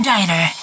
Diner